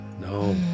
No